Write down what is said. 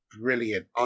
brilliant